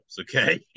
okay